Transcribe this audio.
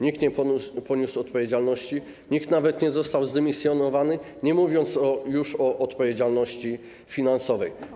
Nikt nie poniósł odpowiedzialności, nikt nawet nie został zdymisjonowany, nie mówiąc już o odpowiedzialności finansowej.